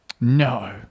No